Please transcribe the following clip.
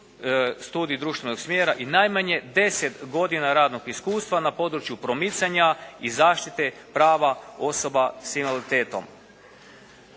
studij društvenog smjera i najmanje deset godina radnog iskustva na području promicanja i zaštite prava osoba s invaliditetom.